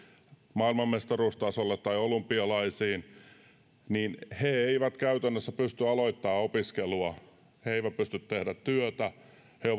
maailmanmestaruustasolle tai olympialaisiin he eivät käytännössä pysty aloittamaan opiskelua he eivät pysty tekemään työtä he